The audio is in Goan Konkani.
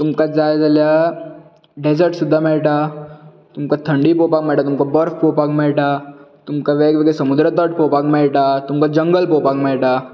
तुमकां जाय जाल्यार डेजर्ट सुद्दां मेळटा तुमकां थंडी पळोवपाक मेळटा तुमकां बर्फ पळोवपाक मेळटा तुमकां वेगवेगळे समुद्र तट पळोवपाक मेळटा तुमकां जंगल पळोवपाक मेळटा